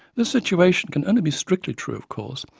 this situation can only be strictly true, of course,